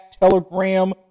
Telegram